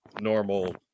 normal